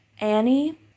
Annie